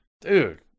Dude